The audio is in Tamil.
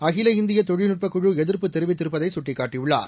அகில இந்திய தொழில்நுட்பக் குழு எதிர்ப்பு தெரிவித்திருப்பதை சுட்டிக்காட்டியுள்ளார்